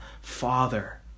Father